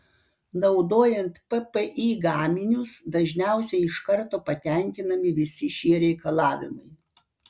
naudojant ppi gaminius dažniausiai iš karto patenkinami visi šie reikalavimai